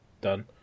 done